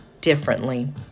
differently